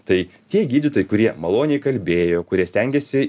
tai tie gydytojai kurie maloniai kalbėjo kurie stengėsi